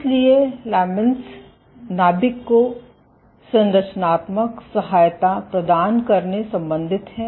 इसलिए लमेंट्स नाभिक को संरचनात्मक सहायता प्रदान करने संबंधित हैं